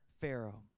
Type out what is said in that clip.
Pharaoh